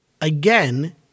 Again